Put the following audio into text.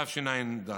תשע"ד.